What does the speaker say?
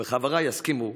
וחבריי יסכימו,